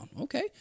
Okay